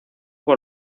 por